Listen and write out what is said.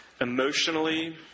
emotionally